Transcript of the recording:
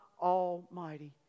Almighty